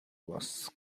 was